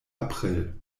april